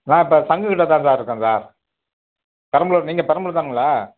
நான் இப்போ இருக்கேன் சார் பெரம்பலூர் நீங்கள் பெரம்பலூர் தானுங்களே